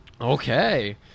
Okay